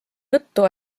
juttu